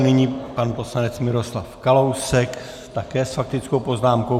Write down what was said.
Nyní pan poslanec Miroslav Kalousek také s faktickou poznámkou.